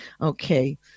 Okay